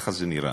ככה זה נראה,